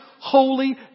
holy